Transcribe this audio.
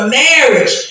marriage